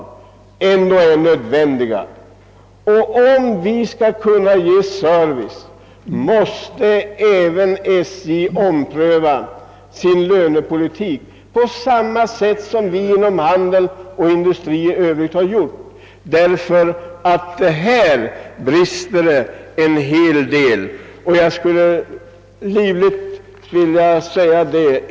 Om vi skall kunna ge service måste även SJ ompröva sin lönepolitik på samma sätt som vi inom handel och industri i övrigt har gjort. Det brister en hel del därvidlag.